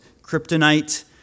Kryptonite